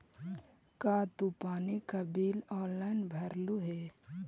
का तू पानी का बिल ऑनलाइन भरलू हे